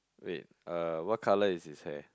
wait uh what colour is his hair